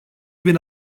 bin